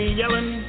yelling